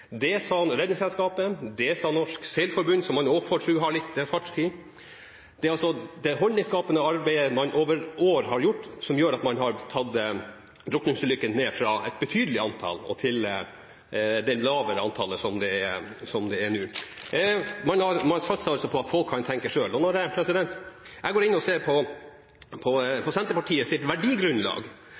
Det sa man i Redningsselskapet, og det sa man i Norges Seilforbund, som man får tro også har litt fartstid. Det er altså det holdningsskapende arbeidet man har gjort over år, som gjør at antallet drukningsulykker har gått ned, fra et betydelig antall og til det lavere antallet som er nå. Man satser altså på at folk kan tenke selv. Når jeg går inn og ser på Senterpartiets verdigrunnlag, ser jeg at Senterpartiet